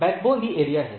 backbone भी area है